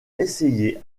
essayé